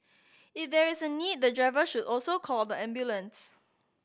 if there is a need the driver should also call the ambulance